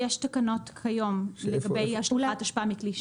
יש תקנות כיום לגבי השלכת אשפה מכלי שיט.